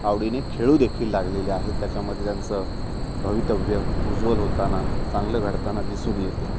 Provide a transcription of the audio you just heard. आवडीने खेळू देखील लागलेले आहेत त्याच्यामध्ये त्यांचं भवितव्य उज्ज्वल होताना चांगलं घडताना दिसून येते